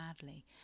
badly